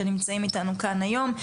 שנמצאים איתנו כאן היום,